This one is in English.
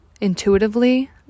intuitively